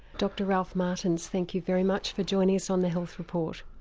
dr ralph martins, thank you very much for joining us on the health report.